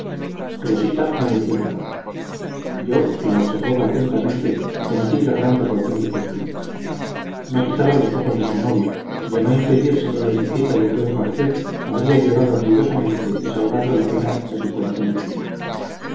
rosita no decía palabra yo que la observaba atentamente conocí la gran turbación de su espíritu no quitaba los ojos de su novio y a no impedírselo la etiqueta y el buen parecer habría llorado ruidosamente desahogando la pena de su corazón oprimido